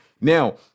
Now